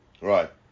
Right